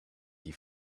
die